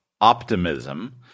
optimism